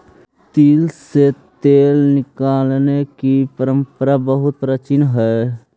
तिल से तेल निकालने की परंपरा बहुत प्राचीन हई